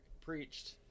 preached